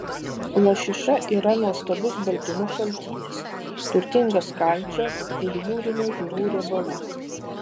lašiša yra nuostabus baltymų šaltinis turtingas kalcio ir jūrinių žuvų riebalų